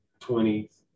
20s